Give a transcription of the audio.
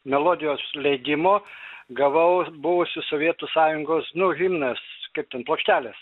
melodijos leidimo gavau buvusių sovietų sąjungos nu himnas kaip ten plokštelės